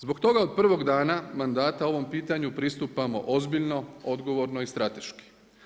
Zbog toga od prvog mandata o ovom pitanju pristupamo ozbiljno, odgovorno i strateški.